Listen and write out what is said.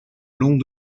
long